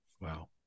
wow